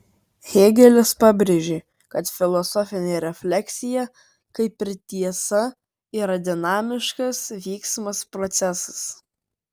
hėgelis pabrėžė kad filosofinė refleksija kaip ir tiesa yra dinamiškas vyksmas procesas